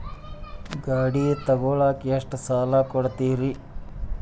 ಗಾಡಿ ತಗೋಳಾಕ್ ಎಷ್ಟ ಸಾಲ ಕೊಡ್ತೇರಿ?